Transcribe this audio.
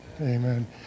Amen